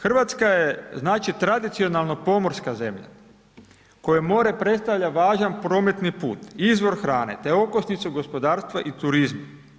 Hrvatska je znači tradicionalno pomorska zemlja kojoj more predstavlja važan prometni put, izvor hrane, te okosnicu gospodarstva i turizma.